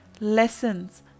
lessons